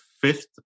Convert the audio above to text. fifth